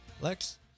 Lex